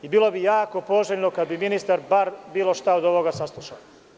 Bilo bi jako poželjno kada bi ministar bar bilo šta od ovoga saslušao.